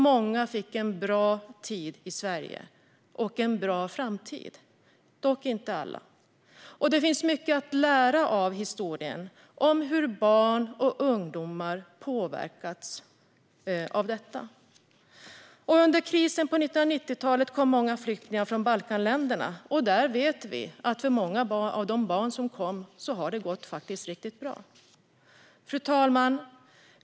Många fick en bra tid i Sverige och en bra framtid, dock inte alla. Det finns mycket att lära av historien om hur barn och ungdomar påverkats av detta. Under krisen på 1990talet kom många flyktingar från Balkanländerna. Vi vet att för många av de barn som kom har det gått riktigt bra. Fru talman!